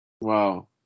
Wow